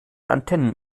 antennen